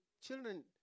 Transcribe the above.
children